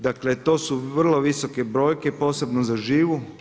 Dakle, to su vrlo visoke brojke posebno za živu.